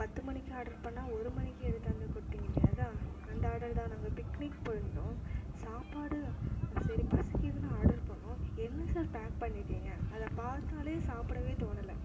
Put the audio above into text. பத்து மணிக்கு ஆர்டரு பண்ணால் ஒரு மணிக்கு எடுத்தாந்து கொடுத்தீங்களே அதுதான் அந்த ஆர்டர் தான் நாங்கள் பிக்னிக் போயிருந்தோம் சாப்பாடு சரி பசிக்கிதுனு ஆர்டர் பண்ணோம் என்ன சார் பேக் பண்ணியிருக்கீங்க அதைப் பார்த்தாலே சாப்பிடவே தோணலை